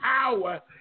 power